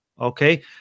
okay